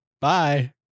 Bye